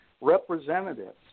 representatives